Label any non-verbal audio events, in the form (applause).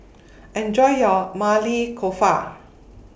(noise) Enjoy your Maili Kofta